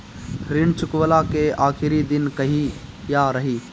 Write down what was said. ऋण चुकव्ला के आखिरी दिन कहिया रही?